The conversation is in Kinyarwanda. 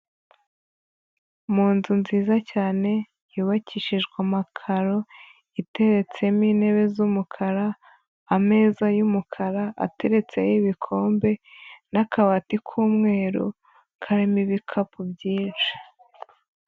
Mu nzu nziza cyane yubakishijwe amakaro iteretsemo intebe z'umukara, ameza y'umukara ateretseho ibikombe n'akabati k'umweru karimo ibikapu byinshi.